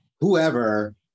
whoever